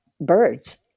birds